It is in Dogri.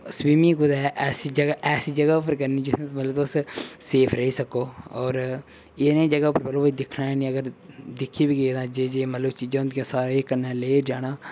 स्वीमिंग कुदै ऐसी जगह ऐसी जगह् उप्पर करनी जित्थे कि मतलब तुस सेफ रेही सको होर एह्दे एह् नेही जगह उप्पर दिक्खना नि अगर दिक्खी बी गे तां जे जे मतलब चीज़ां होन्दियां सारियां कन्नै लेई'र जाना